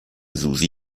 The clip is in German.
susi